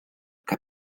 que